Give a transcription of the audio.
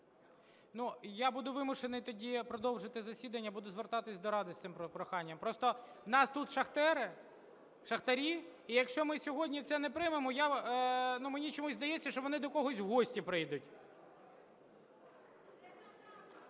я буду вимушений тоді продовжити засідання, буду звертатись до Ради з цим проханням. Просто у нас тут шахтарі. І якщо ми сьогодні це не приймемо, ну, мені чомусь здається, що вони до когось в гості прийдуть.